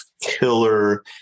killer